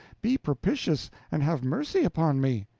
be propitious, and have mercy upon me.